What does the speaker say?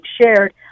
shared